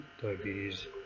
diabetes